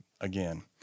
again